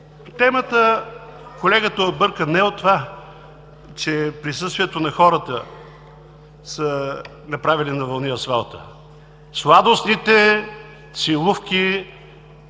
темата колегата е объркан – не от това, че присъствието на хората е направило на вълни асфалта. Сладостните целувки,